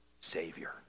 Savior